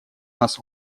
нас